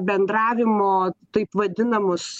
bendravimo taip vadinamus